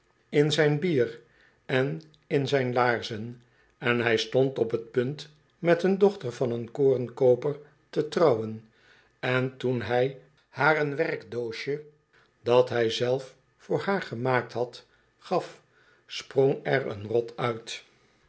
in zijn bier en in zijn laarzen en hij stond op t punt met een dochter van een korenkooper te trouwen en toen hij haar een werkdoosje dat hij zelf voor haar gemaakt had gaf sprong er een rot uit